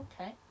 okay